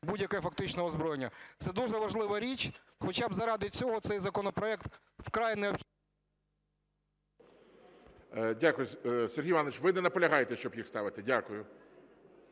будь-яке фактично озброєння. Це дуже важлива річ, хоча б заради цього цей законопроект вкрай… ГОЛОВУЮЧИЙ. Дякую. Сергій Іванович, ви не наполягаєте, щоб їх ставити? Дякую.